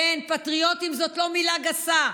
כן, פטריוטים זאת לא מילה גסה.